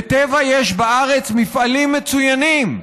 לטבע יש בארץ מפעלים מצוינים.